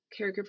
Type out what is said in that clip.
caregiver